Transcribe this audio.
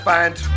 Band